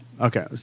Okay